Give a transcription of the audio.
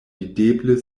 videble